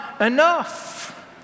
enough